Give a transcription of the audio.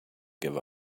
give